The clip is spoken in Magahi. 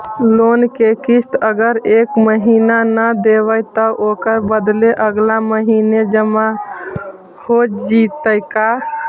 लोन के किस्त अगर एका महिना न देबै त ओकर बदले अगला महिना जमा हो जितै का?